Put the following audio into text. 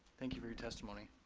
thank you for your testimony.